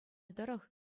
тӑрӑх